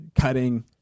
cutting